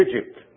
Egypt